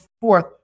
fourth